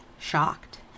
shocked